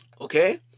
Okay